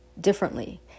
differently